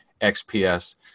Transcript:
XPS